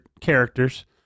characters